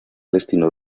destino